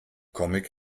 comic